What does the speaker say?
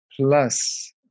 plus